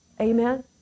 Amen